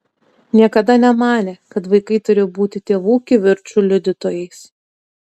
niekada nemanė kad vaikai turi būti tėvų kivirčų liudytojais